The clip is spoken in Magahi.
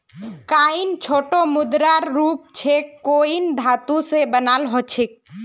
कॉइन छोटो मुद्रार रूप छेक कॉइन धातु स बनाल ह छेक